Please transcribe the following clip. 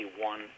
one